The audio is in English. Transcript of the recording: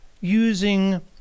using